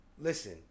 listen